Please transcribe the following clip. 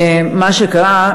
מה שקרה,